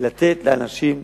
לתת לאנשים לבנות,